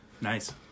Nice